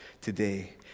today